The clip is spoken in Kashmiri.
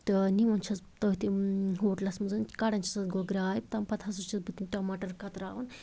تہٕ نِوان چھَس بہٕ تٔتھۍ ہوٹلَس منٛز کڑان چھِسس گۄڈٕ گراے تٔمۍ پتہٕ ہسا چھِس بہٕ تِم ٹماٹَر کَتراوان